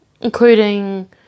Including